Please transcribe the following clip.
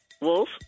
Wolf